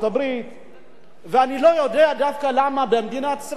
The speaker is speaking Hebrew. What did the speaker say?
ואני לא יודע למה דווקא במדינת ישראל החוק הזה לא קיים.